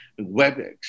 WebEx